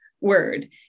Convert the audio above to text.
word